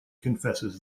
confesses